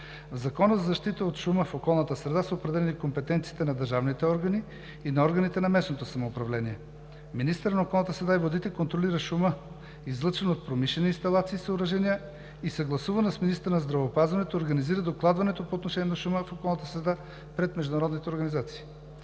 В Закона за защита от шума в околната среда са определени компетенциите на държавните органи и на органите на местното самоуправление. Министърът на околната среда и водите контролира шума, излъчен от промишлени инсталации и съоръжения и съгласувано с министъра на здравеопазването организира докладването по отношение на шума в околната среда пред международните организации.